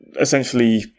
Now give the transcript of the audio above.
essentially